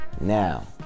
Now